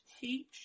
teach